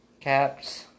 Caps